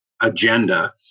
Agenda